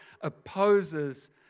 opposes